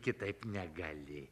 kitaip negali